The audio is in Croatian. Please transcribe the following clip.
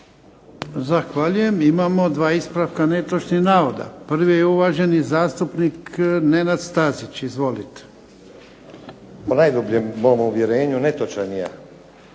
Zahvaljujem. Imamo dva ispravka netočnih navoda. Prvi je uvaženi zastupnik Nenad Stazić. Izvolite. **Stazić, Nenad (SDP)** Po najdubljem mom uvjerenju netočan je